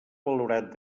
valorat